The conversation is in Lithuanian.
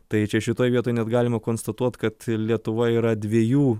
tai čia šitoj vietoj net galima konstatuot kad lietuva yra dviejų